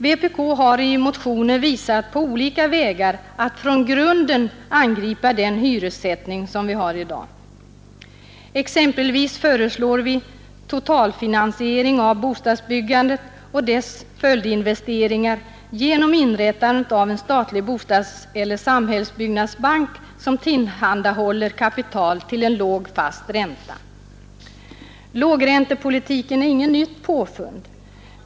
Vpk har i motioner visat på olika vägar att från grunden angripa den hyressättning vi har i dag. Vi föreslår exempelvis totalfinansiering av bostadsbyggandet och dess följdinvesteringar genom inrättandet av en statlig bostadseller samhällsbyggnadsbank, som tillhandahåller kapital till en låg fast ränta. Lågräntepolitiken är inget nytt påfund.